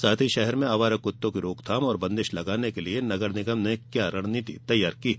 साथ ही शहर में आवारा कुत्तों की रोकथाम बंदिश लगाने के लिए नगर निगम ने क्या रणनीति तैयार की है